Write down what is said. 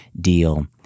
Deal